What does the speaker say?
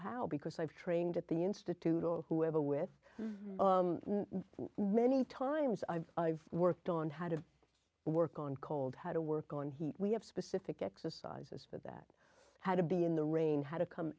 how because i've trained at the institute or whoever with many times i've i've worked on how to work on cold how to work on heat we have specific exercises for that how to be in the rain how to come